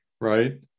right